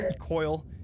coil